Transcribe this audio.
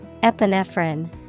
Epinephrine